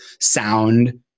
sound